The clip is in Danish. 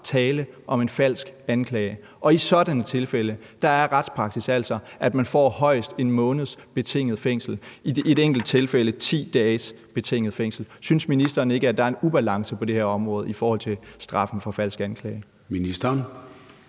tale om en falsk anklage. Og i sådanne tilfælde er retspraksis altså, at man får højst 1 måneds betinget fængsel – i et enkelt tilfælde var det 10 dages betinget fængsel. Synes ministeren ikke, at der er en ubalance på det her område i forhold til straffen for falsk anklage?